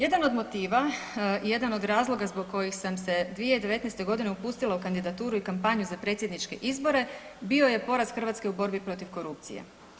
Jedan od motiva i jedan od razloga zbog kojih sam se 2019. godine upustila u kandidaturu i kampanju za predsjedničke izbore bio je poraz Hrvatske u borbi protiv korupcije.